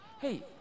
Hey